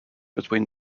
between